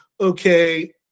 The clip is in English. okay